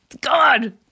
God